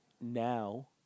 now